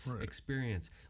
experience